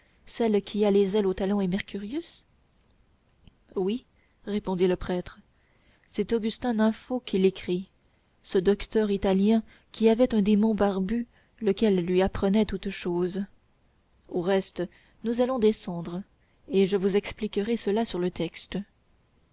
celle qui a des ailes aux talons est mercurius oui répondit le prêtre c'est augustin nypho qui l'écrit ce docteur italien qui avait un démon barbu lequel lui apprenait toute chose au reste nous allons descendre et je vous expliquerai cela sur le texte